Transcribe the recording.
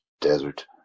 desert